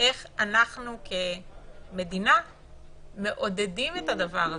איך אנחנו כמדינה מעודדים את הדבר הזה.